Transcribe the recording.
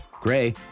Gray